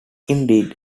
indeed